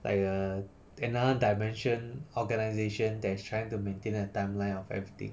like uh another dimension organisation that is trying to maintain a timeline of everything